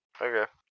Okay